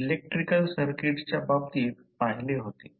electrical सर्किटच्या बाबतीत पाहिले होते